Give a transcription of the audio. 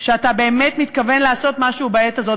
שאתה באמת מתכוון לעשות משהו בעת הזאת?